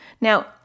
Now